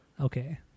Okay